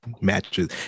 matches